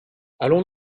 allons